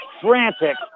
frantic